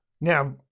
Now